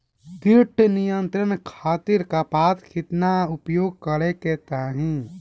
कीट नियंत्रण खातिर कपास केतना उपयोग करे के चाहीं?